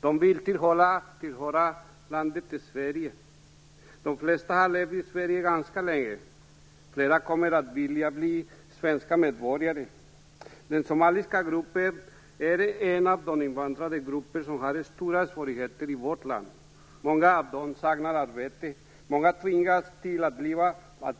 De vill tillhöra landet Sverige. De flesta har levt i Sverige ganska länge, och flera av dem kommer att vilja bli svenska medborgare. Den somaliska gruppen är en av de invandrargrupper som har stora svårigheter i vårt land. Många av dem saknar arbete, och många tvingas